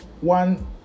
one